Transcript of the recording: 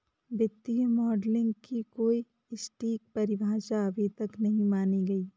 वित्तीय मॉडलिंग की कोई सटीक परिभाषा अभी तक नहीं मानी गयी है